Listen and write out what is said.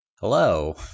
Hello